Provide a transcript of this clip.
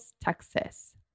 Texas